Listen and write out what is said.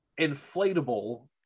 inflatable